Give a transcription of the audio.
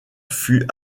fut